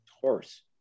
horse